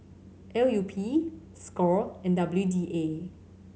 L U P score and W D A